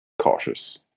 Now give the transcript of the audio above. cautious